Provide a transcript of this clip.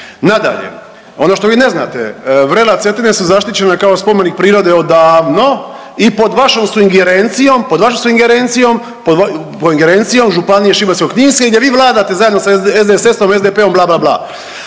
Nadalje, ono što vi ne znate, vrela Cetine su zaštićena kao spomenik prirode odavno i pod vašom su ingerencijom, pod vašom su ingerencijom, pod ingerencijom županije Šibensko-kninske gdje vi vladate zajedno sa SDSS-om, SDP-om, bla bla bla.